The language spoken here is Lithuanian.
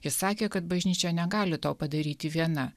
jis sakė kad bažnyčia negali to padaryti viena